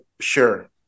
sure